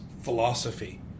philosophy